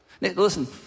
Listen